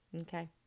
Okay